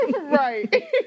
Right